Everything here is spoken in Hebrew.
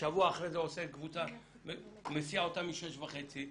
שבוע אחרי זה הוא מסיע אותם משש וחצי.